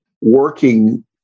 working